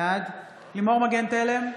בעד לימור מגן תלם,